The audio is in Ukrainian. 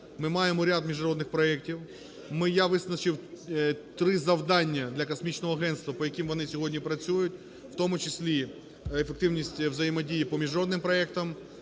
ми маємо ряд міжнародних проектів, ми… я визначив 3 завдання для Космічного агентства, по яким вони сьогодні працюють, в тому числі ефективність взаємодії по міжнародним проектам.